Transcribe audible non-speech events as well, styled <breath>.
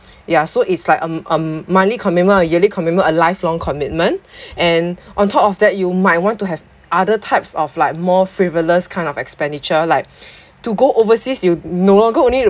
ya so it's like a m~ m~ monthly commitment or yearly commitment a lifelong commitment <breath> and on top of that you might want to have other types of like more frivolous kind of expenditure like to go overseas you no longer only to